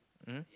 mmhmm